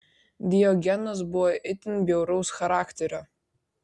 diogenas buvo itin bjauraus charakterio